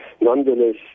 nonetheless